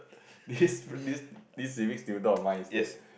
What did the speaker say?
this this this series do not mine instead